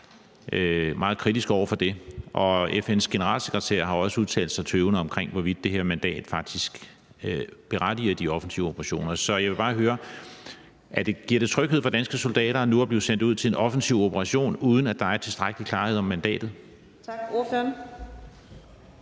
meget kritisk over for det. Og FN's generalsekretær har også udtalt sig tøvende omkring, hvorvidt det her mandat faktisk berettiger de offensive operationer. Så jeg vil bare høre, om det giver tryghed for danske soldater nu at blive sendt ud til en offensiv operation, uden at der er tilstrækkelig klarhed om mandatet. Kl. 10:48